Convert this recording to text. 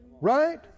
right